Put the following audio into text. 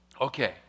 Okay